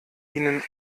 ihnen